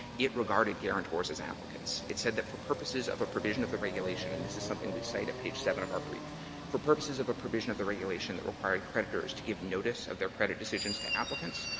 it regarded guarantors as applicants. it said that for purposes of a provision of the regulation and this is something we cite at page seven of our brief for purposes of a provision of the regulation, it required creditors to give notice of their credit decisions to applicants.